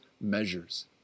measures